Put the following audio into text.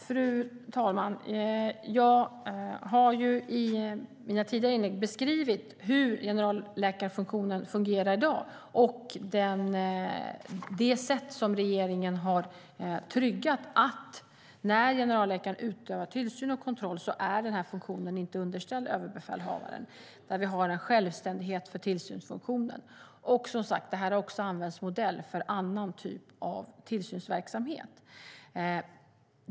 Fru talman! Jag har ju i mina tidigare inlägg beskrivit hur generalläkarfunktionen fungerar i dag och det sätt på vilket regeringen har tryggat att funktionen när generalläkaren utövar tillsyn och kontroll inte är underställd överbefälhavaren. Vi har en självständighet för tillsynsfunktionen. Det här har som sagt också använts som modell för annan typ av tillsynsverksamhet.